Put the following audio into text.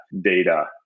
data